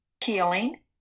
healing